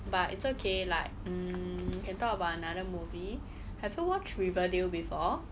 but it's okay like mm can talk about another movie have you watch riverdale before